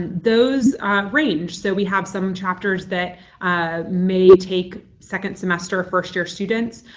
those range. so we have some chapters that may take second semester first-year students.